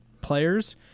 players